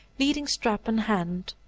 leading-strap in hand.